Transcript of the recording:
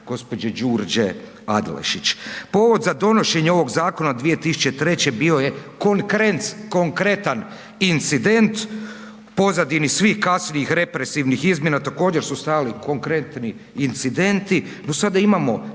gospođe Đurđe Adlešić. Povod za donošenje ovog zakona od 2003. bio je konkretan incident pozadini svih kasnijih represivnih izmjena također su stajali konkretni incidenti, no sada imamo